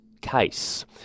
case